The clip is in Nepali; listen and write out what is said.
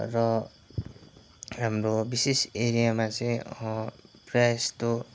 र हाम्रो विशेष एरियामा चाहिँ प्राय जस्तो